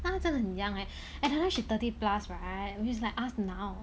她真的很 young eh and hor she thirty plus right which is like us now